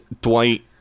dwight